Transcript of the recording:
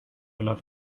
enough